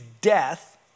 death